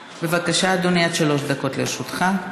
בבקשה, אדוני, עד שלוש דקות לרשותך.